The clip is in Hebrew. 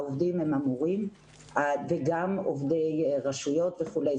העובדים הם המורים וגם עובדי רשויות וכולי.